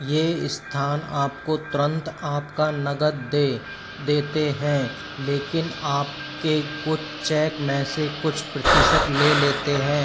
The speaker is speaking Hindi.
ये स्थान आपको तुरंत आपका नगद दे देते हैं लेकिन आपके कुछ चैक में से कुछ प्रतिशत ले लेते हैं